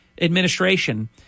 administration